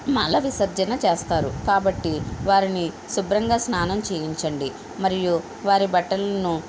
మల విసర్జన చేస్తారు కాబట్టి వారిని శుభ్రంగా స్నానం చేయించండి మరియు వారి బట్టలను